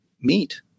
meet